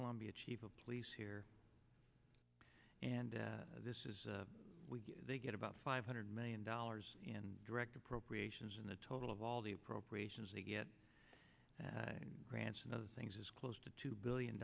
columbia chief of police here and this is they get about five hundred million dollars in direct appropriations in the total of all the appropriations they get and grants and other things as close to two billion